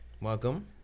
Welcome